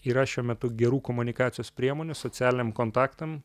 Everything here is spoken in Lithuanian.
yra šiuo metu gerų komunikacijos priemonių socialiniam kontaktam